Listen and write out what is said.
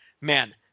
Man